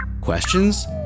Questions